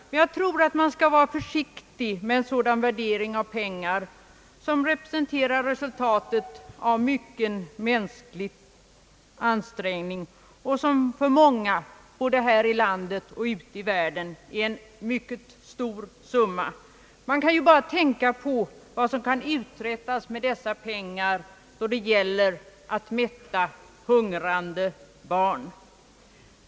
Jag tror emellertid att man skall vara försiktig med en sådan värdering av ett belopp som representerar resultatet av mycken mänsklig ansträngning och som för många, både här i landet och ute i världen, är en mycket stor summa pengar. Tänk bara på vad som kan uträttas med dessa pengar, t.ex. för att mätta hungrande barn.